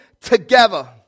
together